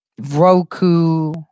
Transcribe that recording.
Roku